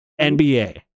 NBA